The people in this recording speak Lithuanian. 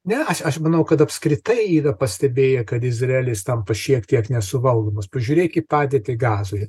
ne aš aš manau kad apskritai yra pastebėję kad izraelis tampa šiek tiek nesuvaldomas pažiūrėk į padėtį gazoje